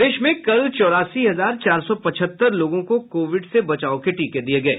प्रदेश में कल चौरासी हजार चार सौ पचहत्तर लोगों को कोविड से बचाव के टीके दिये गये